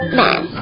man